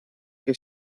que